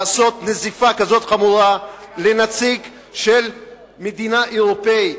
לעשות נזיפה כזאת חמורה לנציג של מדינה אירופית.